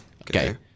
Okay